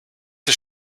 der